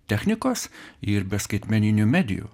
technikos ir be skaitmeninių medijų